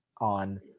on